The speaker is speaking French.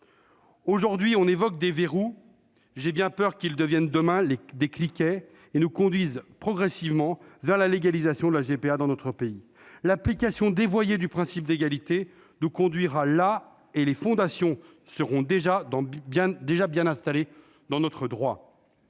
Aujourd'hui, on évoque des verrous : j'ai bien peur que ces verrous ne deviennent demain des cliquets et qu'ils ne nous conduisent progressivement vers la légalisation de la GPA dans notre pays. L'application dévoyée du principe d'égalité nous conduira là, et les fondations seront déjà bien installées dans notre droit.